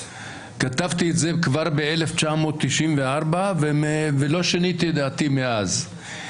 כתבתי את זה כבר ב-1994, ולא שיניתי את דעתי מאז.